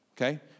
okay